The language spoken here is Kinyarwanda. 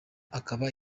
akaba